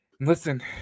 Listen